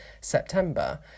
September